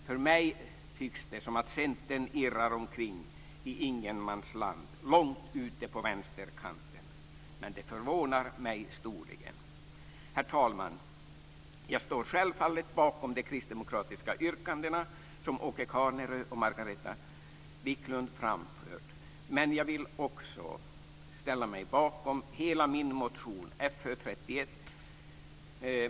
För mig tycks det som att Centern irrar omkring i ingenmansland långt ute på vänsterkanten. Men det förvånar mig storligen. Fru talman! Jag står självfallet bakom de kristdemokratiska yrkandena som Åke Carnerö och Margareta Viklund framfört, men jag vill också ställa mig bakom hela min motion Fö31.